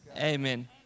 Amen